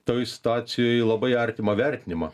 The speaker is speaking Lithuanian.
toj situacijoj labai artimą vertinimą